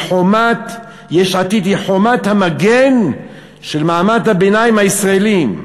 "יש עתיד היא חומת המגן של מעמד הביניים הישראלי",